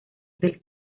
del